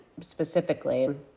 specifically